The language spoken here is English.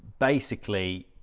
basically